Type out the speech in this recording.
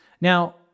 Now